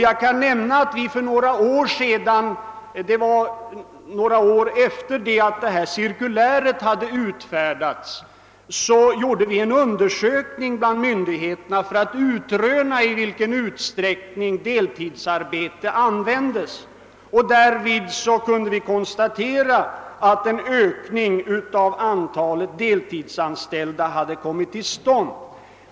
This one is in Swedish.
Jag kan nämna, att vi några år efter det att det cirkulär som jag nämnde hade utfärdats gjorde en mundersökning bland myndigheterna för att utröna i vilken utsträckning deltidsarbetande hade använts. Därvid kunde vi konstatera att en ökning av antalet deltidsanställda hade kommit till stånd.